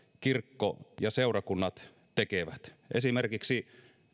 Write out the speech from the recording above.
kirkko ja seurakunnat tekevät esimerkiksi